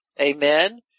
amen